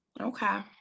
okay